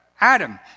Adam